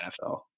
NFL